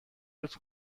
لطف